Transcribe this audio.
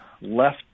left